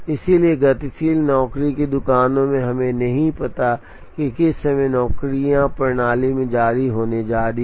इसलिए गतिशील नौकरी की दुकानों में हमें नहीं पता कि किस समय नौकरियां प्रणाली में जारी होने जा रही हैं